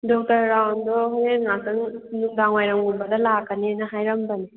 doctor ꯔꯥꯎꯟꯗꯣ ꯍꯣꯔꯦꯟ ꯉꯩꯍꯥꯛꯇꯪ ꯅꯨꯡꯗꯥꯡꯋꯥꯏꯔꯝꯒꯨꯝꯕꯗ ꯂꯥꯛꯀꯅꯦꯅ ꯍꯥꯏꯔꯝꯕꯅꯦ